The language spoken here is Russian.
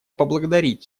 поблагодарить